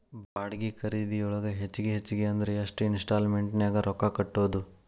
ಬಾಡ್ಗಿ ಖರಿದಿಯೊಳಗ ಹೆಚ್ಗಿ ಹೆಚ್ಗಿ ಅಂದ್ರ ಯೆಷ್ಟ್ ಇನ್ಸ್ಟಾಲ್ಮೆನ್ಟ್ ನ್ಯಾಗ್ ರೊಕ್ಕಾ ಕಟ್ಬೊದು?